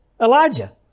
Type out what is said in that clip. Elijah